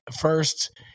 first